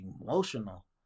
emotional